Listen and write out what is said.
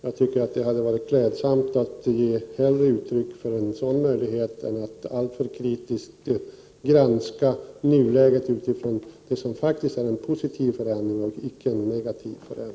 Jag tycker att det hade varit klädsamt om Björn Körlof hade gett uttryck för att en sådan möjlighet finns i stället för att alltför kritiskt granska nuläget när det ändå skett en positiv förändring av omvärldsutvecklingen.